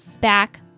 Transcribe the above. back